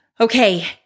Okay